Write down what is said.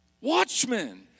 Watchmen